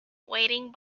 waiting